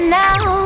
now